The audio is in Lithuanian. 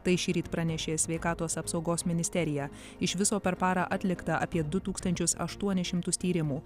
tai šįryt pranešė sveikatos apsaugos ministerija iš viso per parą atlikta apie du tūkstančius aštuonis šimtus tyrimų